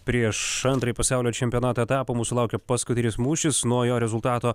prieš antrąjį pasaulio čempionato etapą mūsų laukia paskutinis mūšis nuo jo rezultato